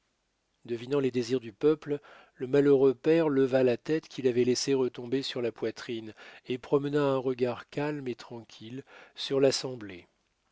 devinant les désirs du peuple le malheureux père leva la tête qu'il avait laissé retomber sur la poitrine et promena un regard calme et tranquille sur l'assemblée